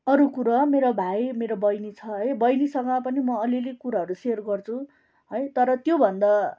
अरू कुरा मेरो भाइ मेरो बहिनी छ है बहिनीसँग पनि म अलिअलि कुराहरू सेयर गर्छु है तर त्योभन्दा